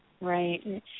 Right